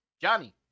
Johnny